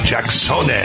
Jackson